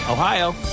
Ohio